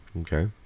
okay